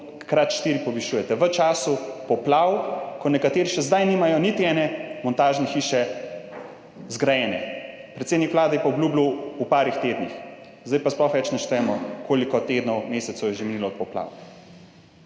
krat 4 povišujete v času poplav, ko nekateri še zdaj nimajo niti ene montažne hiše zgrajene, predsednik Vlade je pa obljubljal v nekaj tednih, zdaj pa sploh več ne štejemo, koliko tednov, mesecev je že minilo od poplav.